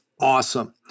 awesome